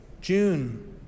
June